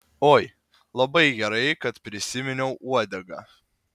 oi labai gerai kad prisiminiau uodegą